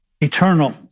eternal